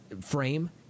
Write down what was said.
frame